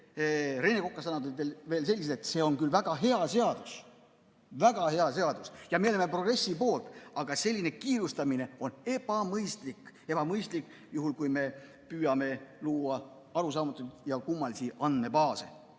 ja tema sõnad olid veel sellised, et see on küll väga hea seadus, väga hea seadus, ja me oleme progressi poolt, aga selline kiirustamine on ebamõistlik. Ebamõistlik, juhul kui me püüame luua arusaamatuid ja kummalisi andmebaase.